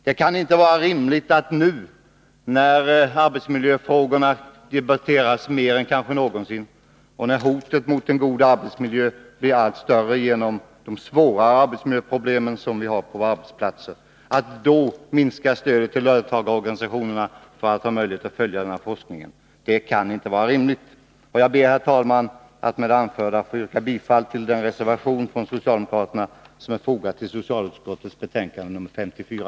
Det kan inte vara rimligt att nu — när arbetsmiljöfrågorna debatteras mer än kanske någonsin, och när hotet mot en god arbetsmiljö blir allt större genom de svåra arbetsmiljöproblemen — minska det stöd till löntagarorganisationerna som ger dem möjlighet att följa forskningen på detta område. Herr talman! Med det anförda ber jag att få yrka bifall till socialdemokraternas reservation som är fogad till socialutskottets betänkande 54.